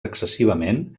excessivament